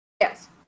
Yes